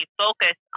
focus